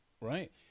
Right